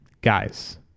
Guys